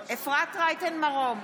אפרת רייטן מרום,